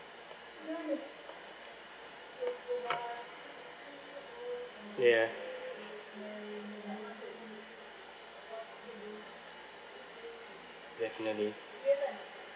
ya definitely